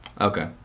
Okay